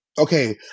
okay